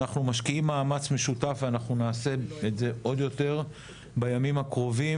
אנחנו משקיעים מאמץ משותף ואנחנו נעשה את זה עוד יותר בימים הקרובים,